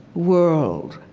world,